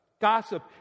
Gossip